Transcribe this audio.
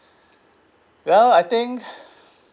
well I think